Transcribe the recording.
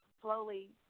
slowly